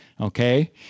Okay